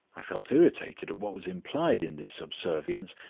i felt irritated at what was implied in this subservience,